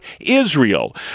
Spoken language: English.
Israel